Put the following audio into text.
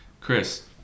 chris